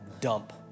dump